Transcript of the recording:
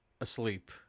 asleep